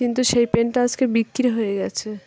কিন্তু সেই পেনটা আজকে বিক্রি হয়ে গেছে